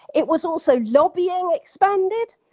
it was also lobbying expanded,